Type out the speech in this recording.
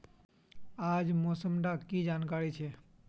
आज मौसम डा की जानकारी छै?